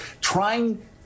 trying